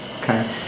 Okay